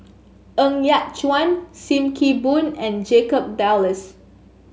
Ng Yat Chuan Sim Kee Boon and Jacob Ballas